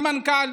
מונה מנכ"ל,